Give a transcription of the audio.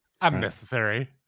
Unnecessary